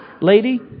lady